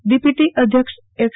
DPT અધ્યક્ષ S